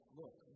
look